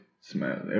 smell